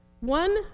one